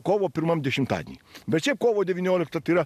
kovo pirmam dešimtadienį bet šiaip kovo devyniolikta tai yra